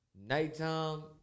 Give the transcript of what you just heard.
nighttime